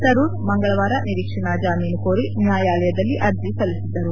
ತರೂರ್ ಮಂಗಳವಾರ ನಿರೀಕ್ಷಣಾ ಜಾಮೀನು ಕೋರಿ ನ್ಯಾಯಾಲಯದಲ್ಲಿ ಅರ್ಜಿ ಸಲ್ಲಿಸಿದ್ದರು